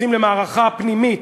יוצאים למערכה פנימית,